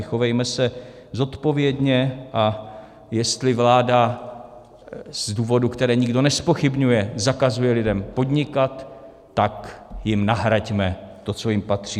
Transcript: Chovejme se zodpovědně, a jestli vláda z důvodů, které nikdo nezpochybňuje, zakazuje lidem podnikat, tak jim nahraďme to, co jim patří.